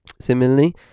Similarly